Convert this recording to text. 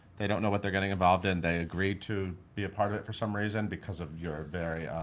they don't know what they're getting involved in. they agree to be a part of it for some reason, because of your very.